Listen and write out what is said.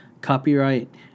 copyright